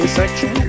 section